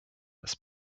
ist